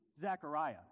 Zechariah